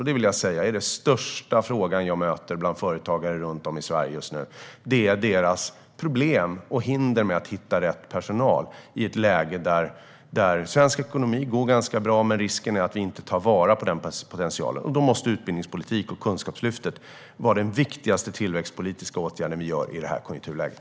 Det vill jag säga är den största frågan jag möter bland företagare runt om i Sverige just nu: deras problem med och hinder för att hitta rätt personal i ett läge där svensk ekonomi går ganska bra men risken är att vi inte tar vara på den potentialen. Då måste utbildningspolitik och Kunskapslyftet vara vår viktigaste tillväxtpolitiska åtgärd i det här konjunkturläget.